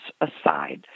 aside